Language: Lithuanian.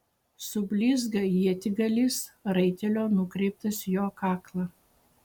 sublizga ietigalis raitelio nukreiptas į jo kaklą